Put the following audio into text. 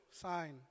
sign